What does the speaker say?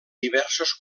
diversos